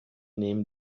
nehmen